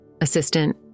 Assistant